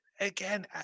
again